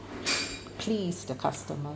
please the customer